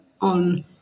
on